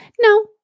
No